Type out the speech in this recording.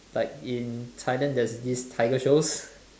like in Thailand there's this tiger shows